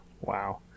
Wow